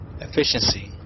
efficiency